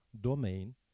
domain